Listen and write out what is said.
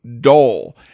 dull